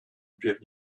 drift